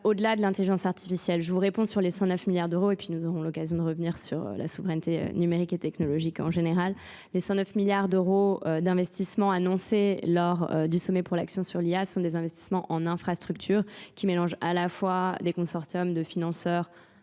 au-delà de l'intelligence artificielle. Je vous réponds sur les 109 milliards d'euros et puis nous aurons l'occasion de revenir sur la souveraineté numérique et technologique en général. Les 109 milliards d'euros d'investissements annoncés lors du Sommet pour l'action sur l'IA sont des investissements en infrastructures qui mélangent à la fois des consortiums de financeurs